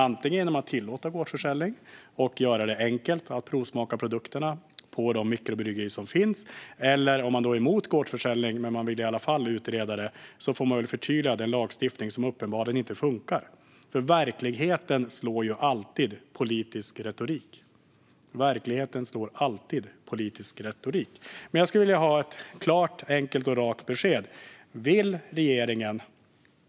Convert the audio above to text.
Det gör man genom att tillåta gårdsförsäljning och göra det enkelt att provsmaka produkterna på de mikrobryggerier som finns. Om man däremot är emot gårdsförsäljning men ändå vill göra en utredning om den får man i så fall förtydliga den lagstiftning som uppenbarligen inte funkar, för verkligheten slår alltid politisk retorik. Jag skulle vilja ha ett klart, enkelt och rakt besked.